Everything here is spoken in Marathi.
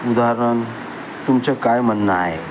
उदाहरण तुमचं काय म्हणणं आहे